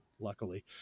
luckily